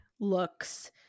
looks